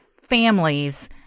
families